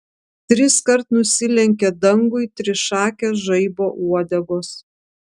triskart nusilenkė dangui trišakės žaibo uodegos